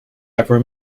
ever